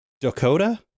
Dakota